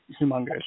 humongous